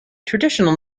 traditional